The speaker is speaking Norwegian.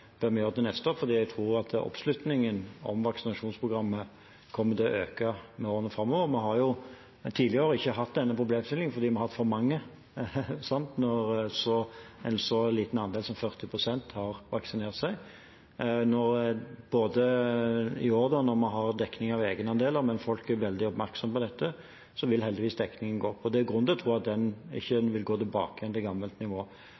oppslutningen om vaksinasjonsprogrammet kommer til å øke i årene framover. Vi har tidligere år ikke hatt denne problemstillingen, for vi har hatt for mange når en så liten andel som 40 pst. har vaksinert seg. I år, når vi har dekning av egenandeler og folk er veldig oppmerksom på dette, vil heldigvis dekningen gå opp. Og det er grunn til å tro at den ikke vil gå tilbake til gammelt nivå.